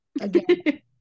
again